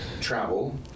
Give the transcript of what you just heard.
travel